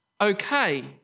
okay